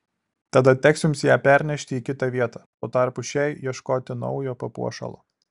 tada teks jums ją pernešti į kitą vietą tuo tarpu šiai ieškoti naujo papuošalo